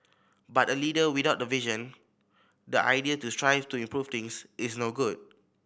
but a leader without the vision the idea to strive to improve things is no good